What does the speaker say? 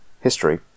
history